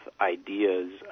ideas